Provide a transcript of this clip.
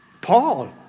Paul